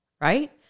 right